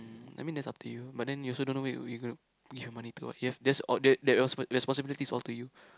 I mean that's up to you but then you also don't know where you where you gonna give your money to that's all that that respon~ responsibility is all to you